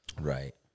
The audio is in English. Right